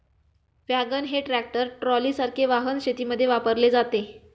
wagon हे tractor ट्रॉलीसारखे वाहन शेतीमध्ये वापरले जाते